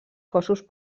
cossos